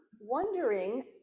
wondering